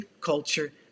culture